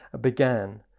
began